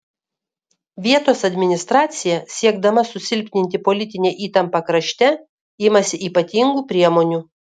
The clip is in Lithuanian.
vietos administracija siekdama susilpninti politinę įtampą krašte imasi ypatingų priemonių